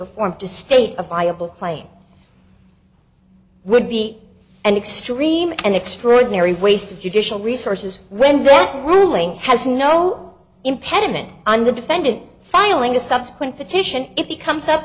or form to state a viable claim would be an extreme and extraordinary waste of judicial resources when that ruling has no impediment on the defendant filing a subsequent petition if he comes up